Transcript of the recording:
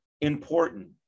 important